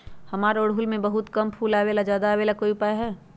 हमारा ओरहुल में बहुत कम फूल आवेला ज्यादा वाले के कोइ उपाय हैं?